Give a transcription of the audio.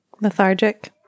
Lethargic